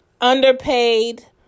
Underpaid